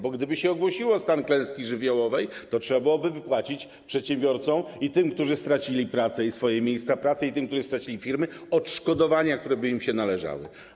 Bo gdyby się ogłosiło stan klęski żywiołowej, to trzeba byłoby wypłacić przedsiębiorcom i tym, którzy stracili pracę i swoje miejsca pracy, i tym, którzy stracili firmy, odszkodowania, które by im się należały.